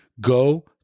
Go